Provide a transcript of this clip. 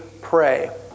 pray